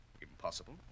impossible